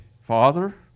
father